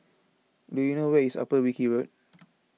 do you know where is Upper Wilkie Road